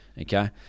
okay